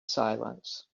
silence